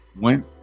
went